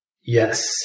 Yes